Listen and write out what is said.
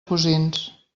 cosins